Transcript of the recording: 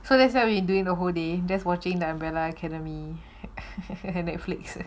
so that's what you been doing the whole day just watching the umbrella academy and Netflix